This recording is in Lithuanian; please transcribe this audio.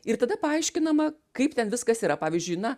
ir tada paaiškinama kaip ten viskas yra pavyzdžiui na